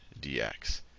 dx